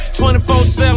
24/7